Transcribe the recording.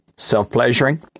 Self-pleasuring